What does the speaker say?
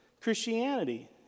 Christianity